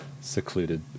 secluded